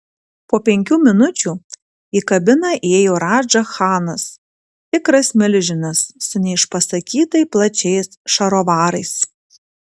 po penkių minučių į kabiną įėjo radža chanas tikras milžinas su neišpasakytai plačiais šarovarais